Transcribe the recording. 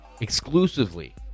exclusively